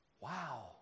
Wow